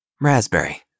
Raspberry